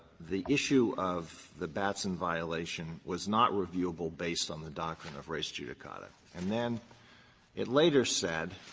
the issue of the batson violation was not reviewable based on the doctrine of res judicata. and then it later said,